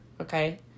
Okay